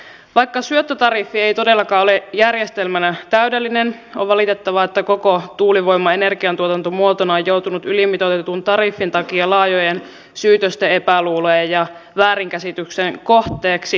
vaikka syöttötariffi ei todellakaan ole järjestelmänä täydellinen on valitettavaa että koko tuulivoima energiantuotantomuotona on joutunut ylimitoitetun tariffin takia laajojen syytösten epäluulojen ja väärinkäsityksien kohteeksi